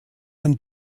ein